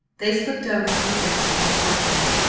they slipped over to the desk in the porch room,